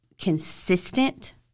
consistent